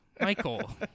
Michael